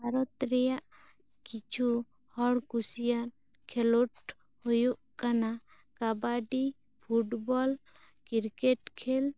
ᱵᱷᱟᱨᱚᱛ ᱨᱮᱭᱟᱜ ᱠᱤᱪᱷᱩ ᱦᱚᱲ ᱠᱩᱥᱤᱭᱟ ᱠᱷᱮᱞᱚᱴ ᱦᱩᱭᱩᱜ ᱠᱟᱱᱟ ᱠᱟᱵᱟᱰᱤ ᱯᱷᱩᱴᱵᱚᱞ ᱠᱤᱨᱠᱮᱴ ᱠᱷᱮᱞ